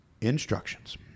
instructions